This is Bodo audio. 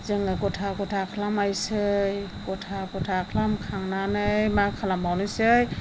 जोङो गथा गथा खालामनायसै गथा गथा खालामखांनानै मा खालामबावनोसै